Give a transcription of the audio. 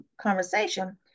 conversation